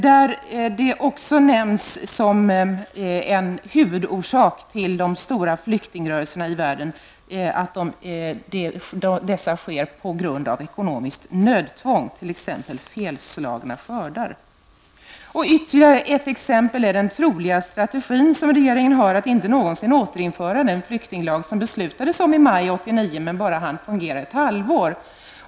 Där nämns som en huvudorsak till de stora flyktingrörelserna i världen att dessa sker av ekonomiskt nödtvång, t.ex. på grund av felslagna skördar. Ett annat exempel är den troliga strategi som regeringen har att inte någonsin återinföra den flyktinglag som det beslutades om i maj 1989 men som hann fungera bara ett halvår.